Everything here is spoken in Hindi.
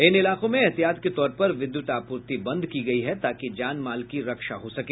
इन इलाकों में ऐहतियात के तौर पर विद्युत आपूर्ति बंद की गयी है ताकि जान माल की रक्षा हो सके